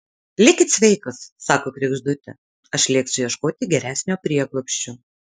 likit sveikos sako kregždutė aš lėksiu ieškoti geresnio prieglobsčio